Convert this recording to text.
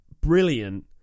brilliant